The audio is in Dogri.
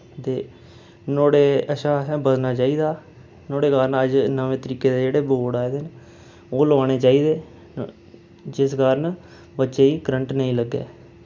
ते नुआढ़े कशा असें बचना चाहिदा नुआढ़े कारण अज्ज नमें तरीके दे जेह्ड़े बोर्ड आए दे न ओह् लोआने चाहिदे जिस कारण बच्चे ई करंट नेईं लग्गै